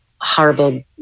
horrible